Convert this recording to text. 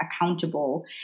accountable